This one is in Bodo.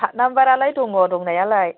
साट नाम्बारालाय दङ दंनायालाय